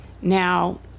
Now